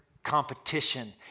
competition